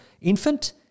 infant